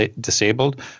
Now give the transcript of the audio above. disabled